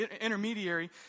intermediary